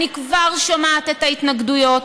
אני כבר שומעת את ההתנגדויות.